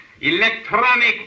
electronic